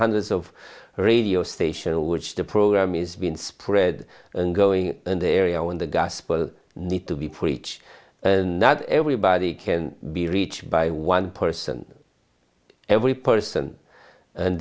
hundreds of radio station which the program is being spread and going in the area when the gospel need to be preach not everybody can be reached by one person every person